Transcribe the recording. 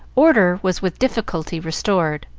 order was with difficulty restored,